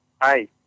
Hi